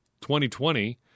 2020